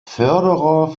förderer